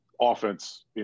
offense